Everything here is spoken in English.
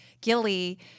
Gilly